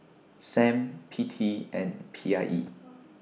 SAM P T and P I E